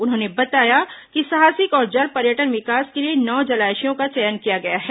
उन्होंने बताया कि साहसिक और जल पर्यटन विकास के लिए नौ जलाशयों का चयन किया गया है